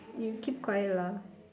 you keep quiet lah